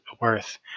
worth